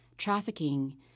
trafficking